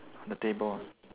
on the table ah